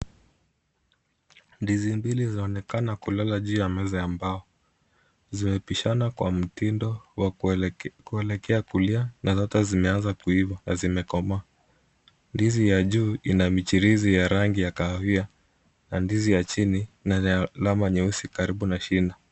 Ndizi mbili zinaonekana kulala juu ya meza ya mbao. Zimepishana kwa mtindo wa kuelekea kulia, na hata zimeanza kuiva na zimekomaa. Ndizi ya juu ina michirizi ya rangi ya kahawia na ndizi ya chini yenye alama nyeusi karibu na shina.